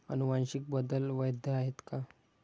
अनुवांशिक बदल वैध आहेत का?